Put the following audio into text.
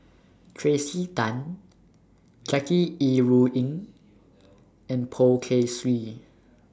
Tracey Tan Jackie Yi Ru Ying and Poh Kay Swee